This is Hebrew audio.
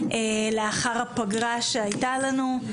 לאחר הפגרה שהייתה לנו.